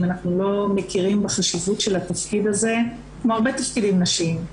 אם אנחנו לא מכירות בחשיבות של התפקיד הזה כמו הרבה תפקידים נשיים,